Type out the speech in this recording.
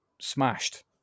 smashed